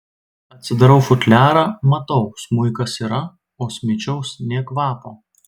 atsidarau futliarą matau smuikas yra o smičiaus nė kvapo